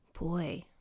Boy